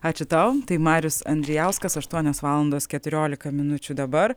ačiū tau tai marius andrijauskas aštuonios valandos keturiolika minučių dabar